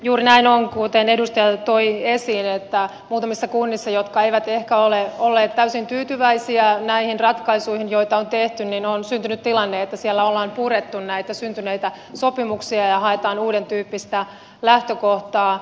juuri näin on kuten edustaja toi esiin että muutamissa kunnissa jotka eivät ehkä ole olleet täysin tyytyväisiä näihin ratkaisuihin joita on tehty on syntynyt tilanne että siellä on purettu näitä syntyneitä sopimuksia ja haetaan uudentyyppistä lähtökohtaa